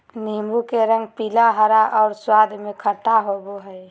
नीबू के रंग पीला, हरा और स्वाद में खट्टा होबो हइ